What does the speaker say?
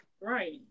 Right